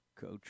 Coach